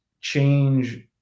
change –